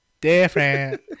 different